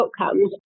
outcomes